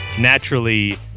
naturally